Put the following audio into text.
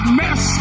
mess